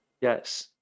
Yes